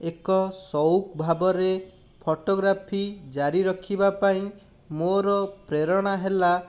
ଏକ ସଉକ ଭାବରେ ଫଟୋଗ୍ରାଫି ଜାରି ରଖିବା ପାଇଁ ମୋର ପ୍ରେରଣା ହେଲା